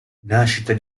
nascita